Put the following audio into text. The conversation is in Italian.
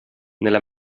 nella